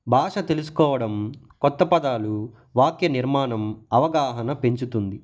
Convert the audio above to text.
భాష తెలుసుకోవడం కొత్త పదాలు వాక్య నిర్మాణం అవగాహన పెంచుతుంది